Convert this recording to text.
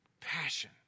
Passion